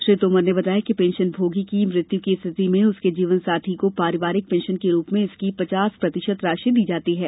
श्री तोमर ने बताया कि पेंशन भोगी की मृत्यू की रिथिति में उसके जीवनसाथी को पारिवारिक पेंशन के रूप में इसकी पचास प्रतिशत राशि दी जाती है